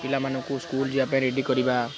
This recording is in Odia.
ପିଲାମାନଙ୍କୁ ସ୍କୁଲ ଯିବା ପାଇଁ ରେଡ଼ି କରିବା